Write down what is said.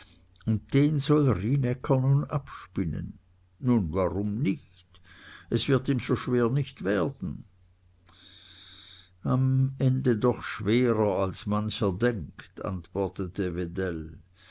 und den soll rienäcker nun abspinnen nun warum nicht es wird ihm so schwer nicht werden am ende doch schwerer als mancher denkt antwortete wedell